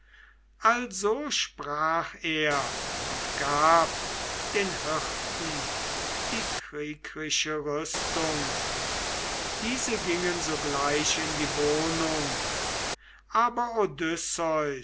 also sprach er und gab den hirten die kriegrische rüstung diese gingen sogleich in die wohnung aber